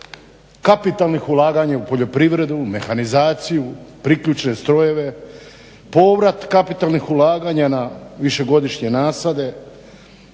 kapitalnih ulaganja u poljoprivredu, u mehanizaciju, priključne strojeve, povrat kapitalnih ulaganja na višegodišnje nasade